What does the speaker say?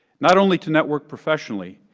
not only to network professionally,